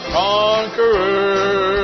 conqueror